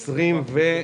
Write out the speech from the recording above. בוקר טוב.